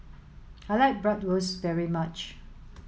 I like Bratwurst very much